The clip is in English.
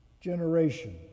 Generation